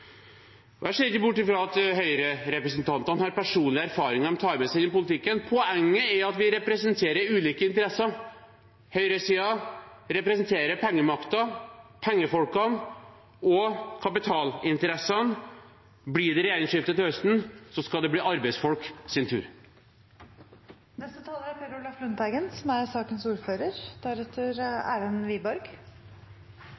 Jeg ser ikke bort fra at høyrerepresentantene har personlig erfaring de tar med seg inn i politikken, men poenget er at vi representerer ulike interesser. Høyresiden representerer pengemakten, pengefolkene og kapitalinteressene. Blir det regjeringsskifte til høsten, skal det bli arbeidsfolk sin